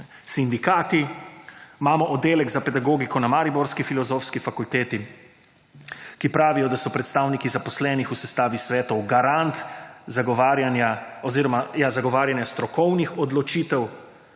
Sindikati, imamo oddelek za pedagogiko na mariborski filozofski fakulteti, ki pravijo, da so predstavniki zaposlenih v sestavi svetov garant zagovarjanja strokovnih odločitev,